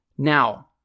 Now